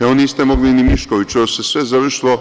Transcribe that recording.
Evo, niste mogli ni Miškoviću, ali se sve završilo.